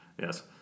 Yes